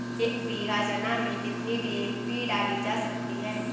एक बीघा चना में कितनी डी.ए.पी डाली जा सकती है?